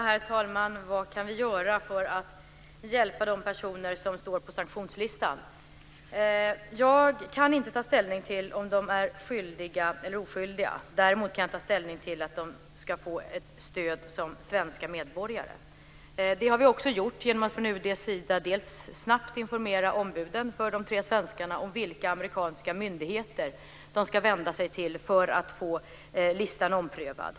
Herr talman! Vad kan vi göra för att hjälpa de personer som står på sanktionslistan? Jag kan inte ta ställning till om de är skyldiga eller oskyldiga. Däremot kan jag ta ställning till att de ska få ett stöd som svenska medborgare. Det har vi också gjort genom att för det första från UD:s sida snabbt informera ombuden för de tre svenskarna om vilka amerikanska myndigheter de ska vända sig till för att få listan omprövad.